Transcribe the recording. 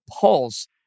Pulse